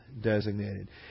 designated